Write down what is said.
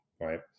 right